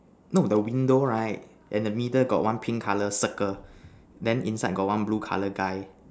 no the window right then the middle got one pink color circle then inside got one blue color guy